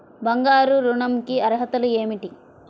బంగారు ఋణం కి అర్హతలు ఏమిటీ?